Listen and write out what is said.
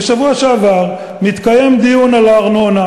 ובשבוע שעבר התקיים דיון על הארנונה,